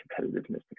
competitiveness